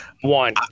one